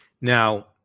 Now